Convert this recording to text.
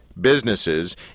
businesses